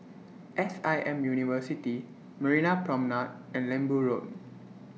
S I M University Marina Promenade and Lembu Road